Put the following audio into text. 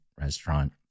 restaurant